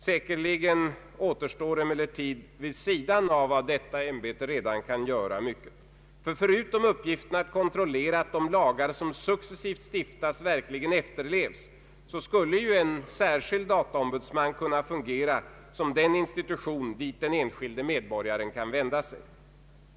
Säkerligen återstår emellertid mycket vid sidan av vad detta ämbete kan göra. Förutom uppgiften att kontrollera att de lagar som successivt stiftas verkligen efterlevs skulle en särskild dataombudsman kunna fungera som en institution till vilken den enskilde medborgaren kan vända sig.